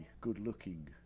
good-looking